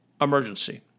emergency